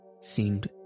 seemed